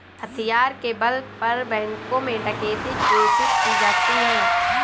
हथियार के बल पर बैंकों में डकैती कोशिश की जाती है